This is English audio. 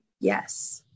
Yes